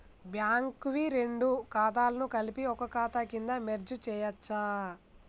Bank వి రెండు ఖాతాలను కలిపి ఒక ఖాతా కింద మెర్జ్ చేయచ్చా?